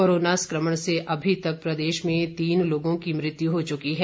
corona संक्रमण से अभी तक प्रदेश में तीन लोगों की मृत्यु हो चुकी है